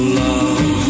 love